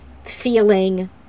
feeling